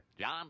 John